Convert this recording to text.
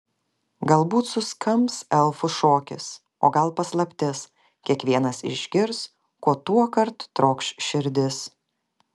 galbūt suskambs elfų šokis o gal paslaptis kiekvienas išgirs ko tuokart trokš širdis